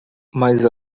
mas